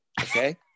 okay